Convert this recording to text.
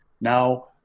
now